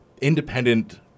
independent